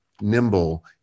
nimble